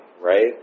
right